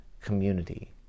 community